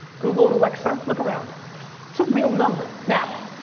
google and alexa, look around. some real number. now,